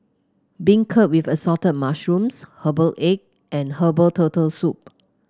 beancurd with Assorted Mushrooms Herbal Egg and Herbal Turtle Soup